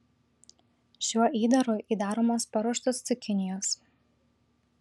šiuo įdaru įdaromos paruoštos cukinijos